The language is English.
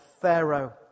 Pharaoh